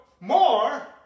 more